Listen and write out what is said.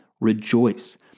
rejoice